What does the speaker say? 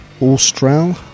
Austral